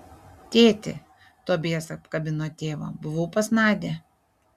tėti tobijas apkabino tėvą buvau pas nadią